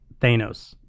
Thanos